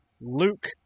Luke